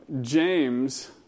James